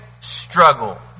struggle